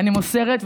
אני מוסרת.